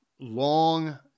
long